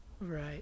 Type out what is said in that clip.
right